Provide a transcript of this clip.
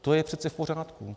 To je přece v pořádku.